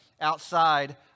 outside